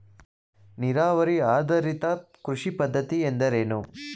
ನೀರಾವರಿ ಆಧಾರಿತ ಕೃಷಿ ಪದ್ಧತಿ ಎಂದರೇನು?